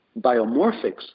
biomorphics